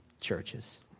churches